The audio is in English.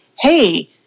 hey